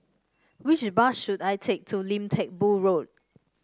which bus should I take to Lim Teck Boo Road